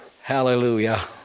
hallelujah